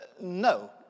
No